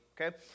okay